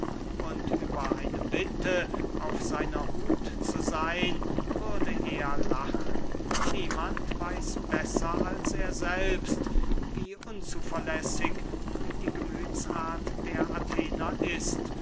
und über eine bitte auf seiner huth zu seyn würde er lachen niemand weiß besser als er selbst wie unzuverlässig die gemüthsart der athener ist